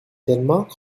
denmark